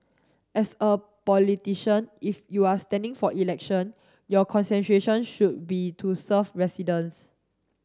as a politician if you are standing for election your concentration should be to serve residents